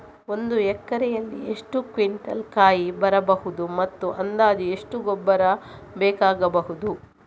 ಒಂದು ಎಕರೆಯಲ್ಲಿ ಎಷ್ಟು ಕ್ವಿಂಟಾಲ್ ಕಾಯಿ ಬರಬಹುದು ಮತ್ತು ಅಂದಾಜು ಎಷ್ಟು ಗೊಬ್ಬರ ಬೇಕಾಗಬಹುದು?